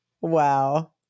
wow